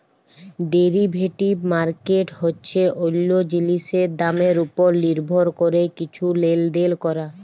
derivative market হছে অল্য জিলিসের দামের উপর লির্ভর ক্যরে কিছু লেলদেল ক্যরা